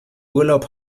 urlaub